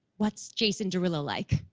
what's jason derulo like?